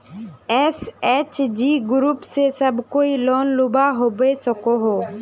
SHG group से सब कोई लोन लुबा सकोहो होबे?